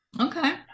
Okay